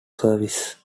service